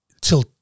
till